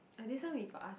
and this one we got ask